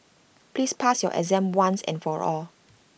please pass your exam once and for all